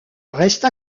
reste